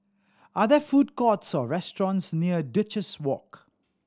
are there food courts or restaurants near Duchess Walk